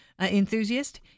enthusiast